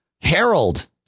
Harold